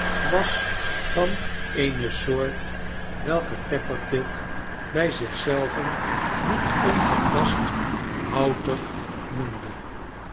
was van eene soort welke tappertit bij zich zelven niet ongepast ahoutig noemde